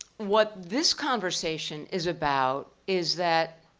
what this conversation is about is that